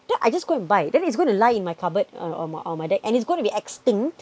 then I just go and buy then it's going to lie in my cupboard or my on my desk and it's gonna be extinct